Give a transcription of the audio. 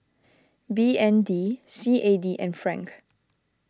B N D C A D and Franc